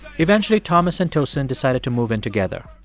eventually, thomas and tosin decided to move in together.